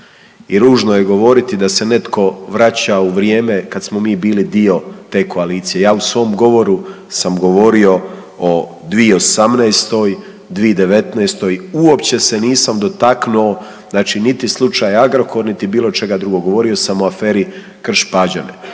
i ružno je govoriti da se netko vraća u vrijeme kada smo mi bili dio te koalicije. Ja u svom govoru sam govorio o 2018., 2019. Uopće se nisam dotaknuo znači niti slučaj Agrokor, niti bilo čega drugog. Govorio sam o aferi Krš Pađene,